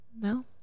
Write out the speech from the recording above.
No